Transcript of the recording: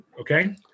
Okay